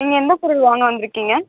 நீங்கள் எந்தப் பொருள் வாங்க வந்துருக்கீங்க